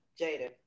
Jada